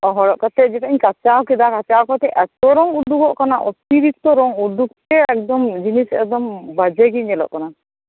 ᱦᱚᱨᱚᱜ ᱠᱟᱛᱮᱫ ᱡᱚᱠᱷᱚᱱ ᱤᱧ ᱠᱟᱪᱟᱣ ᱠᱮᱫᱟ ᱠᱟᱪᱟᱣ ᱠᱟᱛᱮᱫ ᱮᱛᱚ ᱨᱚᱝ ᱩᱰᱩᱠᱩᱜ ᱠᱟᱱᱟ ᱚᱛᱤᱨᱤᱠᱛᱚ ᱨᱚᱝ ᱩᱰᱩᱠᱚᱜ ᱠᱟᱱᱟ ᱮᱠᱫᱚᱢ ᱵᱟᱡᱮ ᱜᱮ ᱧᱮᱞᱚᱜ ᱠᱟᱱᱟ